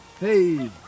Hey